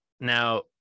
Now